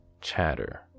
chatter